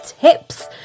tips